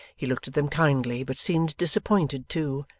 he looked at them kindly but seemed disappointed too,